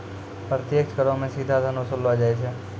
प्रत्यक्ष करो मे सीधा धन वसूललो जाय छै